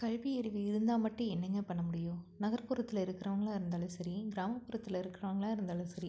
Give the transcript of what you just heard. கல்வியறிவு இருந்தால் மட்டும் என்னங்க பண்ண முடியும் நகர்ப்புறத்தில் இருக்கறவங்களாக இருந்தாலும் சரி கிராமப்புறத்தில் இருக்கறவங்களாக இருந்தாலும் சரி